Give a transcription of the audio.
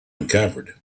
uncovered